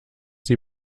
sie